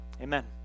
Amen